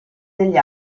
degli